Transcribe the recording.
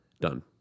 Done